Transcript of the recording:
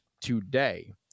today